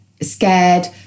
scared